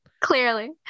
Clearly